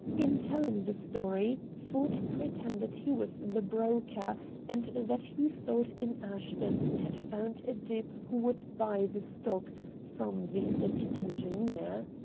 in telling the story ford pretended he was the broker and that he thought in ashton he had found a dupe who would buy the stock from the sick engineer.